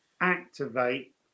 activate